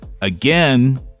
Again